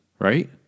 Right